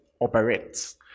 operates